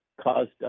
caused